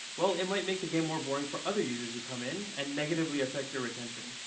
well it might make the game more boring for other users who come in and negatively affect your retention.